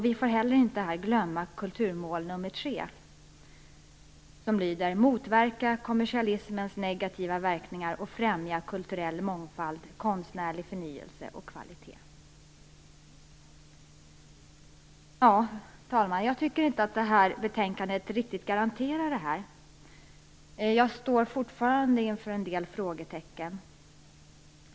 Vi får inte heller glömma kulturmål nummer tre: Motverka kommersialismens negativa verkningar och främja kulturell mångfald, konstnärlig förnyelse och kvalitet. Fru talman! Jag tycker inte att det ges någon garanti för detta i betänkandet. Jag står fortfarande inför en del frågetecken.